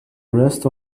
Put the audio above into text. rest